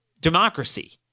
democracy